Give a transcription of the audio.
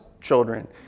children